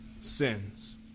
sins